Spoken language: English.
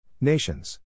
Nations